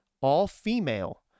all-female